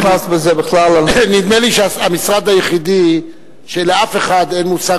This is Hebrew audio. נדמה לי שהמשרד היחידי שלאף אחד אין מושג,